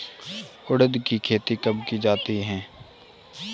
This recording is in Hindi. उड़द की खेती कब की जाती है?